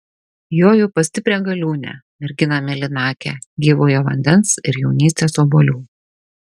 joju pas stiprią galiūnę merginą mėlynakę gyvojo vandens ir jaunystės obuolių